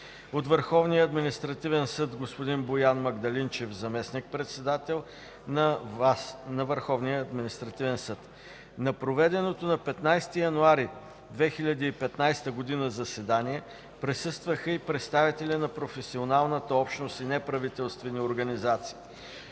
от Върховния административен съд: господин Боян Магдалинчев – заместник-председател на ВАС. На проведеното на 15 януари 2015 г. заседание присъстваха и представители на професионалната общност и неправителствени организации.